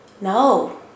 No